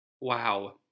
Wow